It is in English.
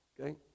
Okay